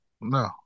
No